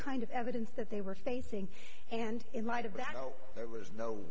kind of evidence that they were facing and in light of that there was no